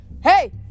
Hey